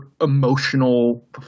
emotional